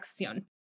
Acción